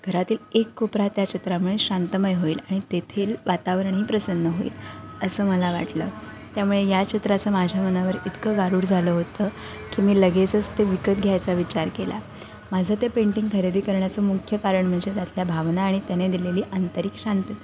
घरातील एक कोपरा त्या चित्रामुळे शांतमय होईल आणि तेथील वातावरणही प्रसन्न होईल असं मला वाटलं त्यामुळे या चित्राचं माझ्या मनावर इतकं गारूड झालं होतं की मी लगेचच ते विकत घ्यायचा विचार केला माझं ते पेंटिंग खरेदी करण्याचं मुख्य कारण म्हणजे त्यातल्या भावना आणि त्याने दिलेली आंतरिक शांतता